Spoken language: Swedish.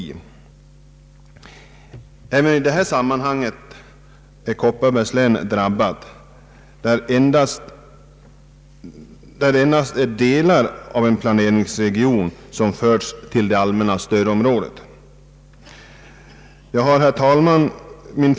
även i detta sammanhang är Kopparbergs län drabbat, nämligen där endast delar av en planeringsregion förts till det inre stödområdet. Herr talman!